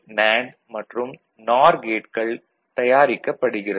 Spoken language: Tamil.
நேண்டு மற்றும் நார் கேட்கள் தயாரிக்கப்படுகிறது